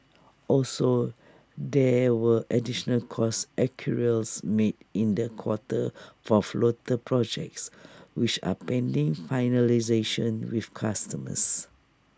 also there were additional cost accruals made in the quarter for floater projects which are pending finalisation with customers